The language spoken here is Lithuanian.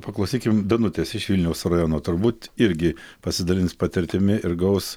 paklausykim danutės iš vilniaus rajono turbūt irgi pasidalins patirtimi ir gaus